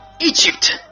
Egypt